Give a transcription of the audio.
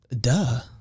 duh